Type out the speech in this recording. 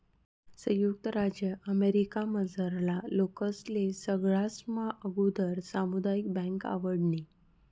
संयुक्त राज्य अमेरिकामझारला लोकेस्ले सगळास्मा आगुदर सामुदायिक बँक आवडनी